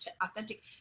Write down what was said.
authentic